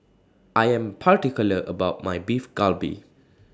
I Am particular about My Beef Galbi